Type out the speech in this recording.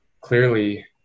clearly